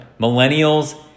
Millennials